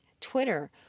Twitter